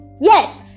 yes